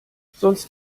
sonst